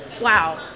wow